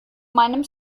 meinem